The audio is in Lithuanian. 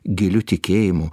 giliu tikėjimu